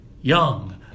young